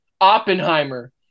Oppenheimer